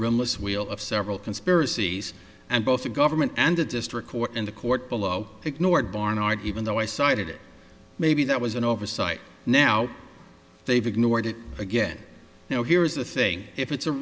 was wheel of several conspiracies and both the government and the district court and the court below ignored barnard even though i cited it maybe that was an oversight now they've ignored it again you know here's the thing if it's a